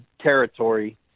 territory